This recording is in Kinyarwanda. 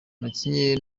yakinnye